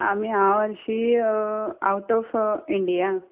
आमी हांव हरशी आवट ऑफ इंडिया